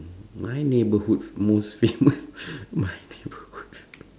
my neighbourhood most famous my neighborhood